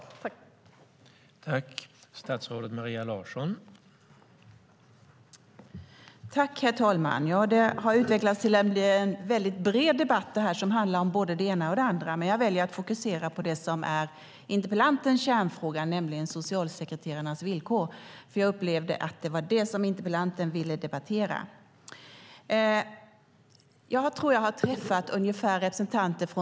I detta anförande instämde Amineh Kakabaveh .